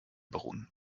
beruhen